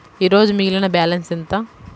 ఈరోజు మిగిలిన బ్యాలెన్స్ ఎంత?